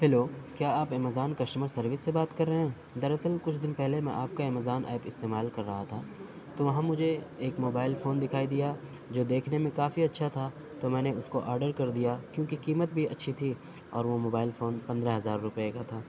hello کیا آپ Amazon customer service سے بات کر رہے ہیں دراصل کچھ دِن پہلے میں آپ کا امیزون ایپ استعمال کر رہا تھا تو وہاں مجھے ایک موبائل فون دکھائی دیا جو دیکھنے میں کافی اچھا تھا تو میں نے اُس کو آڈر کردیا کیوں کہ قیمت بھی اچھی تھی اور وہ موبائل فون پندرہ ہزار روپے کا تھا